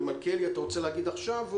חבר הכנסת מלכיאלי, אתה רוצה לדבר עכשיו?